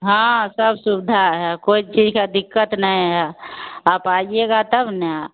हाँ सब सुविधा है कोइ ठीक है दिक्कत नहीं है आप आइएगा तब ना